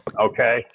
Okay